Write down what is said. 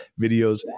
videos